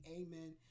Amen